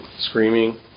screaming